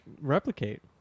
replicate